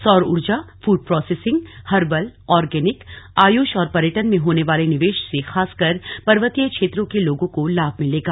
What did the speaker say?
सौर ऊर्जा food processing herbal organic AYUSH और पर्यटन में होने वाले निवेश से खासकर पर्वतीय क्षेत्रों के लोगों को लाभ मिलेगा